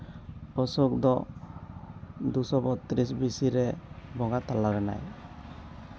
ᱚᱥᱳᱠ ᱫᱚ ᱫᱩᱥᱳ ᱵᱚᱛᱛᱨᱤᱥ ᱵᱤ ᱥᱤ ᱨᱮ ᱵᱚᱸᱜᱟ ᱛᱟᱞᱟ ᱞᱮᱱᱟᱭ